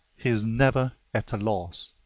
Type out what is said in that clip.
he is never at a loss.